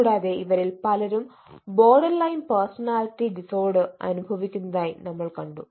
കൂടാതെ ഇവരിൽ പലരും ബോർഡർലൈൻ പേഴ്സണാലിറ്റി ഡിസോർഡർ അനുഭവിക്കുന്നതായി നമ്മൾ കണ്ടു